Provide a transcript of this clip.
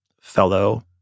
fellow